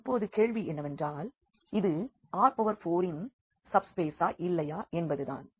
இப்பொழுது கேள்வி என்னவென்றால் இது R4இன் சப்ஸ்பேசா இல்லையா என்பது தான்